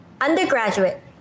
Undergraduate